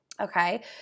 okay